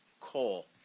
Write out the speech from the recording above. coal